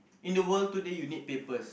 in the world today you need papers